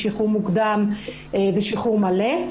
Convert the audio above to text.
שחרור מוקדם ושחרור מלא,